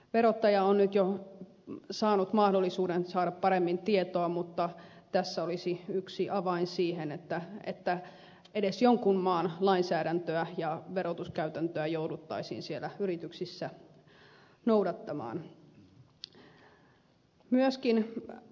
verottaja on nyt jo saanut mahdollisuuden saada paremmin tietoa mutta tässä olisi yksi avain siihen että edes jonkun maan lainsäädäntöä ja verotuskäytäntöä jouduttaisiin siellä yrityksissä noudattamaan